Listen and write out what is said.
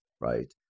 right